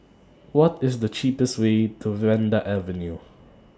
What IS The cheapest Way to Vanda Avenue